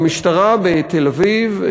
המשטרה בתל-אביב,